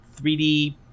3D